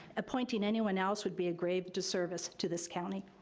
appointing anyone else would be a grave disservice to this county.